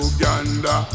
Uganda